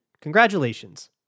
congratulations